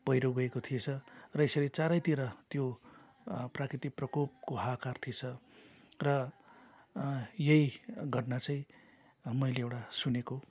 पहिरो गएको थिएछ र यसरी चारैतिर त्यो प्राकृतिक प्रकोपको हाहाकार थिएछ र यही घटना चाहिँ मैले एउटा सुनेको